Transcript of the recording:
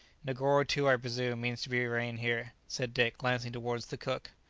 negoro, too, i presume, means to remain here, said dick, glancing towards the cook.